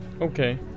Okay